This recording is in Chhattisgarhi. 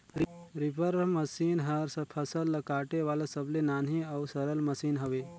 रीपर मसीन हर फसल ल काटे वाला सबले नान्ही अउ सरल मसीन हवे